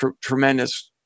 tremendous